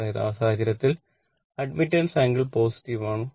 അതായത് ആ സാഹചര്യത്തിൽ അഡ്മിറ്റാൻസ് ആംഗിൾ പോസിറ്റീവ് ആണ്